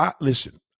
Listen